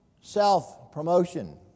self-promotion